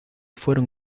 fueron